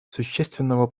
существенного